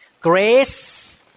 grace